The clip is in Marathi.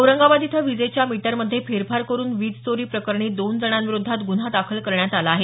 औरंगाबाद इथं वीजेच्या मीटरमध्ये फेरफार करून वीज चोरी प्रकरणी दोन जणांविरोधात गुन्हा दाखल करण्यात आला आहे